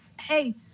Hey